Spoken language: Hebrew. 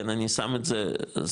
אני שם את זה בצד,